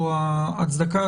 או ההצדקה,